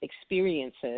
experiences